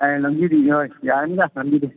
ꯑꯩꯅ ꯂꯝꯕꯤꯒꯤꯗꯤ ꯍꯣꯏ ꯌꯥꯔꯅꯤꯗ ꯂꯝꯕꯤꯗꯤ